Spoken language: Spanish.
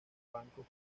bancos